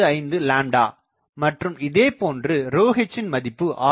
155 மற்றும் இதே போன்று ρh இன் மதிப்பு 6